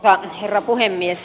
arvoisa herra puhemies